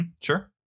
sure